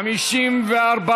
התשע"ו 2015,